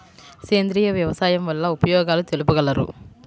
సేంద్రియ వ్యవసాయం వల్ల ఉపయోగాలు తెలుపగలరు?